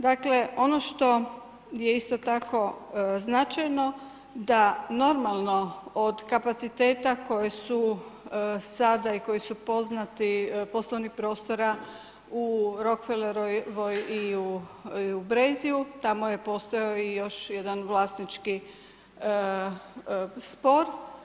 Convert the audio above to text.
Dakle, ono što je isto tako značajno da normalno od kapaciteta koji su sada i koji su poznati, poslovnih prostora u Rockfellerovoj i u Brezju, tamo je postojao i još jedan vlasnički spor.